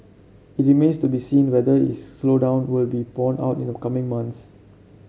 it remains to be seen whether is slowdown will be borne out in the coming months